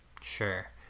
Sure